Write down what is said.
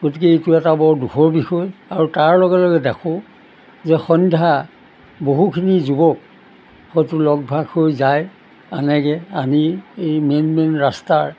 গতিকে এইটো এটা বৰ দুখৰ বিষয় আৰু তাৰ লগে লগে দেখোঁ যে সন্ধ্যা বহুখিনি যুৱক হয়টো লগ ভাগ হৈ যায় আনেগৈ আনি এই মেইন মেইন ৰাস্তাৰ